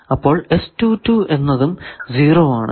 അപ്പോൾ എന്നതും 0 ആണ്